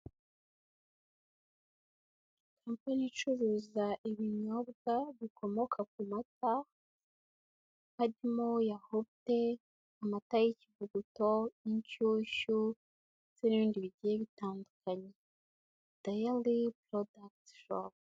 Kampani icuruza ibinyobwa bikomoka ku mata, harimo yahurute, amata y'ikivuguto, inshyushyu ndetse n'ibindi bigiye bitandukanye, dayali porodakiti shopu.